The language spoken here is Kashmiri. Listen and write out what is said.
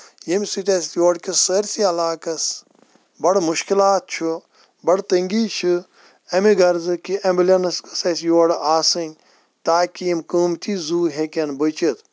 ییٚمہِ سۭتۍ أسۍ یورٕ کِس سٲرسی علاقس بَڑٕ مُشکِلات چھُ بَڑٕ تنگی چھِ اَمہِ غرضہٕ کہِ ایٚمبلینٕس گٔژھ اسہِ یور آسٕنۍ تاکہِ یِم قۭمتی زُو ہیٚکن بٔچِتھ